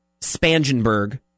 Spangenberg